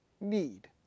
need